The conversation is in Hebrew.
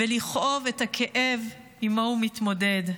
ולכאוב את הכאב שעימו הוא מתמודד.